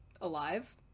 alive